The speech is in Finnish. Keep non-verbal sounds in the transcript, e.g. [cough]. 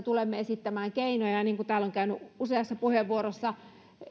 [unintelligible] tulemme myös esittämään keinoja niin kuin täällä on käynyt useassa puheenvuorossa